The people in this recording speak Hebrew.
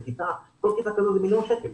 כל כיתה כזאת זה מיליון שקל.